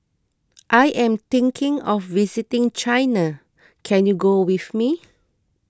I am thinking of visiting China can you go with me